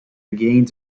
gained